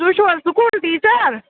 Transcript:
تُہۍ چھُو حظ سکوٗل ٹیٖچَر